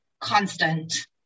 constant